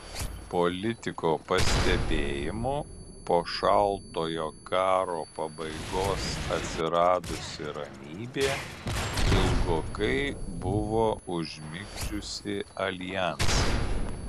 politiko pastebėjimu po šaltojo karo pabaigos atsiradusi ramybė ilgokai buvo užmigdžiusi aljansą